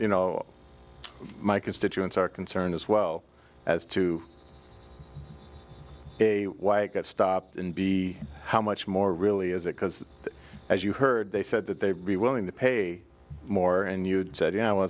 you know my constituents are concerned as well as to why i get stopped and be how much more really is it because as you heard they said that they re willing to pay more and you said you know